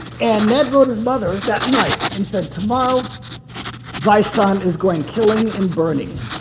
and ned wrote his mother that night and said, tomorrow thee son is going killing and burning.